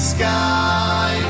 sky